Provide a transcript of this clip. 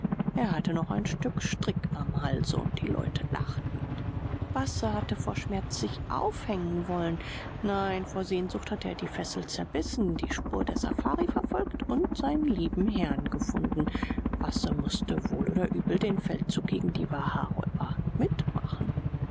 er hatte noch ein stück strick am halse und die leute lachten basse habe vor schmerz sich aufhängen wollen nein vor sehnsucht hatte er die fessel zerbissen die spur der safari verfolgt und seinen lieben herrn gefunden basse mußte wohl oder übel den feldzug gegen die waharäuber mitmachen